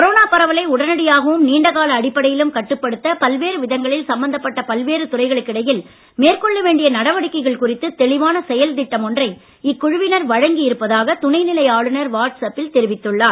corona பரவலை உடனடியாகவும் நீண்ட கால அடிப்படையிலும் கட்டுப்படுத்த பல்வேறு விதங்களில் சம்பந்தப்பட்ட பல்வேறு துறைகளுக்கு இடையில் மேற்கொள்ள வேண்டிய நடவடிக்கைகள் குறித்து தெளிவான செயல் திட்டம் ஒன்றை இக்குழுவினர் வழங்கி இருப்பதாக துணை நிலை ஆளுநர் வாட்ஸ் அப்பில் தெரிவித்துள்ளார்